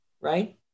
right